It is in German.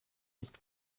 nicht